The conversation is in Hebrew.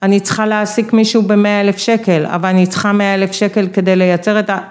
אני צריכה להעסיק מישהו במאה אלף שקל, אבל אני צריכה מאה אלף שקל כדי לייצר את ה...